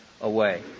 away